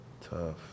Tough